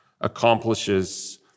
accomplishes